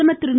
பிரதமர் திரு